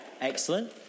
Excellent